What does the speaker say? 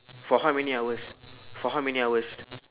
for how many hours for how many hours